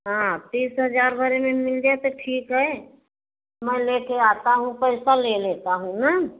हाँ तीस हजार भरे में मिल जाए तो ठीक है मैं लेके आता हूँ पैसा ले लेता हूँ ना